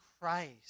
Christ